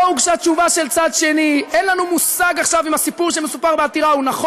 לא הוגשה תשובה של צד שני, מאיפה המידע הזה?